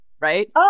right